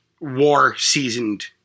war-seasoned